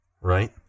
right